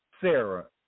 Sarah